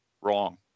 wrong